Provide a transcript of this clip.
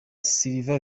silva